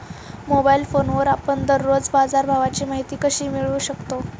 Mobile फोनवर आपण दररोज बाजारभावाची माहिती कशी मिळवू शकतो?